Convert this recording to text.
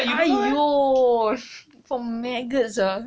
!aiyo! from maggots ah